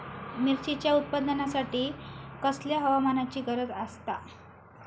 मिरचीच्या उत्पादनासाठी कसल्या हवामानाची गरज आसता?